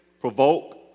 provoke